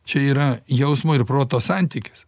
čia yra jausmo ir proto santykis